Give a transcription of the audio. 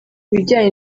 bijyanye